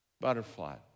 butterfly